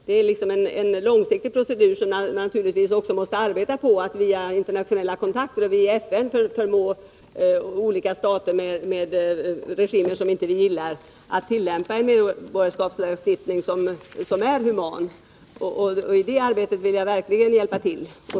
Det är en långsiktig procedur, i vilken man naturligtvis också måste arbeta på att via internationella kontakter och i FN förmå olika stater med regimer som vi inte gillar att tillämpa en medborgarskapslagstiftning som är human. I det arbetet vill jag verkligen hjälpa till.